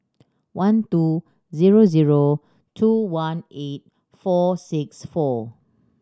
one two zero zero two one eight four six four